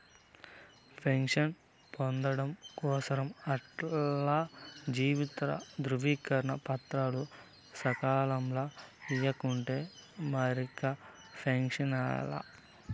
pension పొందడం కోసరం ఆల్ల జీవిత ధృవీకరన పత్రాలు సకాలంల ఇయ్యకుంటే మరిక పెన్సనే లా